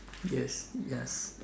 yes yes